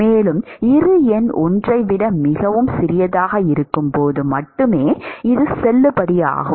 மேலும் இரு எண் 1 ஐ விட மிகவும் சிறியதாக இருக்கும் போது மட்டுமே இது செல்லுபடியாகும்